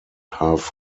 hove